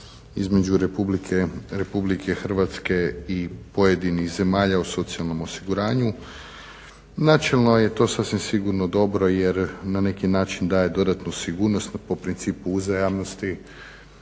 između RH i pojedinih zemalja o socijalnom osiguranju. Načelno je to sasvim sigurno dobro jer na neki način daje dodatnu sigurnost po principu uzajamnosti,